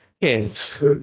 Yes